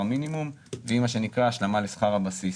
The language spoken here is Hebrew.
המינימום והיא מה שנקרא השלמה לשכר הבסיס,